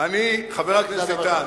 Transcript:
חבר הכנסת איתן,